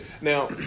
Now